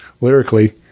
lyrically